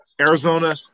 Arizona